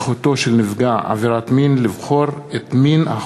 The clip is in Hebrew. וחשוב להדגיש שחברי הכנסת שהזכרתי קודם הוסיפו את שמם בעד